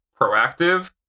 proactive